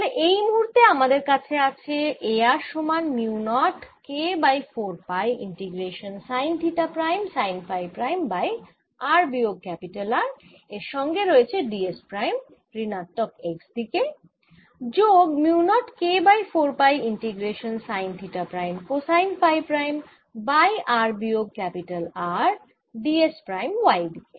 তাহলে এই মুহূর্তে আমাদের কাছে আছে A r সমান mu naught K by 4 pi integration sine theta prime sine phi prime by r বিয়োগ R এর সঙ্গে রয়েছে d s প্রাইম ঋণাত্মক x দিক যোগ mu naught K by 4 pi integration sine theta prime cosine phi prime by r বিয়োগ R d s prime y দিক